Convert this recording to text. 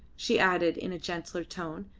she added in a gentler tone,